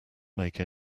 make